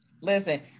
Listen